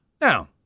Now